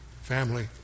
Family